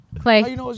Clay